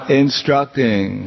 instructing